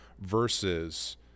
versus